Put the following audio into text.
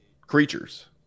creatures